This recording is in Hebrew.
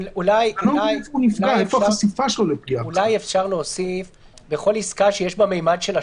שאלת הבהרה קטנה בהקשר הזה: אם אתה מגיש בקשה לעיכוב